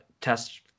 test